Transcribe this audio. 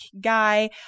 guy